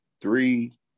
three